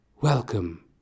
Welcome